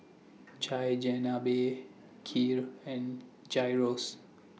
Chigenabe Kheer and Gyros